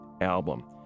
album